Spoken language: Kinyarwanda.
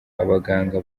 abaganga